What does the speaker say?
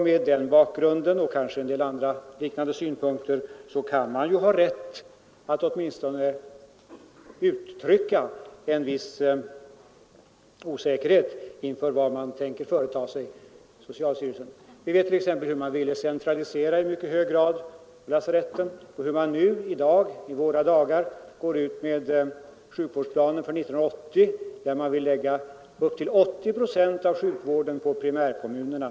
Mot den bakgrunden och med beaktande av en del andra liknande synpunkter kan man ha rätt att åtminstone uttrycka en viss osäkerhet inför vad socialstyrelsen tänker företa sig. Vi vet till exempel hur man i mycket hög grad ville centralisera lasaretten tidigare och hur man i dag lägger fram sjukvårdsplaner för 1980 som innebär att man vill lägga upp till 80 procent av sjukvården på primärkommunerna.